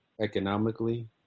economically